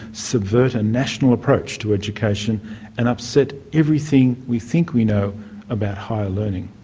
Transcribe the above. subvert a national approach to education and upsets everything we think we know about higher learning.